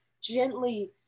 gently